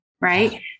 Right